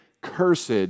cursed